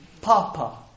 Papa